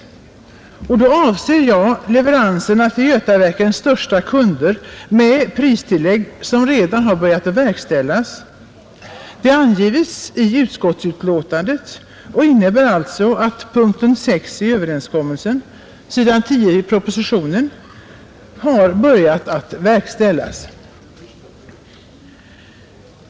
Jag avser då leveranserna till Götaverkens största kunder med pristillägg som redan börjat tillämpas. Det anges i utskottsbetänkandet och innebär alltså att punkten 6 i överenskommelsen, s. 10 i propositionen, redan har börjat verkställas.